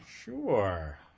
Sure